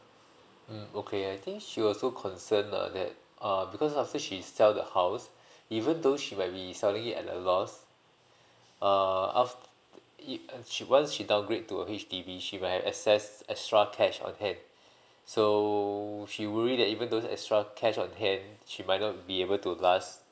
mm okay I think she also concern uh that uh because after she sell the house even though she might be selling it at a loss err af~ it she once she downgrade to a H_D_B she might access extra cash on hand so she worried that even though the extra cash on hand she might not be able to last